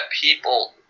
people